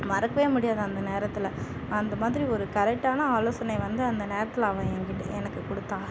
மறக்கவே முடியாது அந்த நேரத்தில் அந்த மாதிரி ஒரு கரெக்ட்டான ஆலோசனை வந்து அந்த நேரத்தில் அவள் என்கிட்டே எனக்கு கொடுத்தா